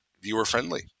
viewer-friendly